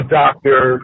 doctor